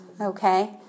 okay